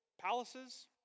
Palaces